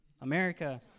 America